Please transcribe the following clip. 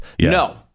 no